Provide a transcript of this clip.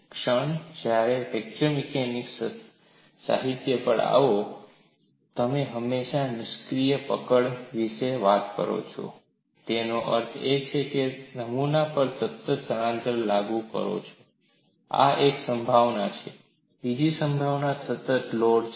ક્ષણે જ્યારે તમે ફ્રેક્ચર મિકેનિક્સ સાહિત્ય પર આવો તમે હંમેશા નિશ્ચિત પકડ વિશે વાત કરો છો તેનો અર્થ એ કે તમે નમૂના પર સતત સ્થાનાંતરણ લાગુ કરો છો આ એક સંભાવના છે બીજી સંભાવના સતત લોડ છે